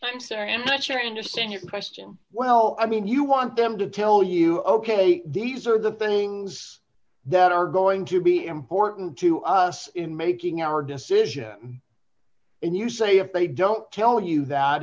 your question well i mean you want them to tell you ok these are the things that are going to be important to us in making our decision and you say if they don't tell you that